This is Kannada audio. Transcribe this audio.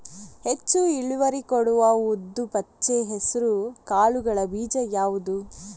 ಹೆಚ್ಚು ಇಳುವರಿ ಕೊಡುವ ಉದ್ದು, ಪಚ್ಚೆ ಹೆಸರು ಕಾಳುಗಳ ಬೀಜ ಯಾವುದು?